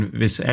hvis